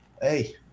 hey